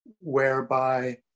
whereby